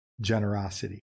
generosity